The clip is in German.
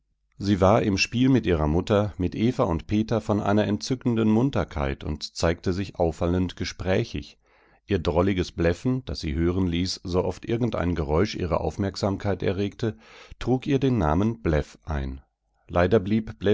sie war im spiele mit ihrer mutter mit eva und peter von einer entzückenden munterkeit und zeigte sich auffallend gesprächig ihr drolliges bläffen das sie hören ließ sooft irgendein geräusch ihre aufmerksamkeit erregte trug ihr den namen bläff ein leider blieb